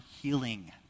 healing